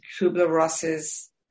Kubler-Ross's